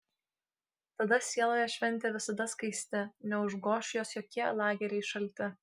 tada sieloje šventė visada skaisti neužgoš jos jokie lageriai šalti